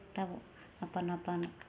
तब अपन अपन